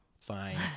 Fine